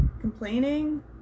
complaining